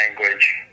language